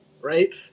right